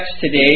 today